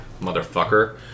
motherfucker